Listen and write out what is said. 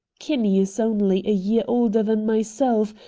kinney is only a year older than myself,